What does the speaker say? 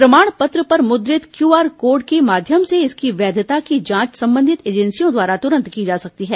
प्रमाण पत्र पर मुद्रित क्यूआर कोड के माध्यम से इसकी वैधता की जांच संबंधित एजेंसियों द्वारा तुरंत की जा सकती है